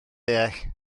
deall